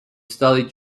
studied